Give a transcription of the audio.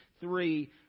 three